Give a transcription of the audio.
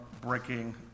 breaking